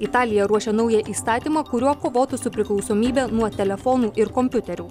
italija ruošia naują įstatymą kuriuo kovotų su priklausomybe nuo telefonų ir kompiuterių